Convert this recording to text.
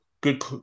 good